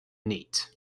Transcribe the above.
neat